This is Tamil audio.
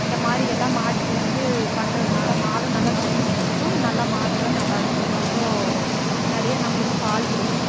இந்த மாதிரியெல்லாம் மாட்டுக்கு வந்து பண்ணுறதுனால மாடும் நல்லா தண்ணி குடிச்சிக்கும் நல்லா மாடெல்லாம் நல்லாயிருக்கும் ரொம்ப நிறையா நம்மளுக்கு பால் கொடுக்கும்